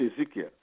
Ezekiel